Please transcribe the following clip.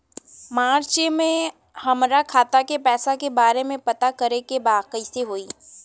मार्च में हमरा खाता के पैसा के बारे में पता करे के बा कइसे होई?